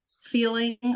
feeling